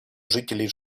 жителей